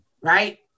right